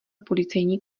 policejní